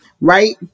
right